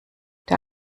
der